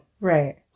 Right